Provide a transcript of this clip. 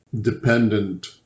dependent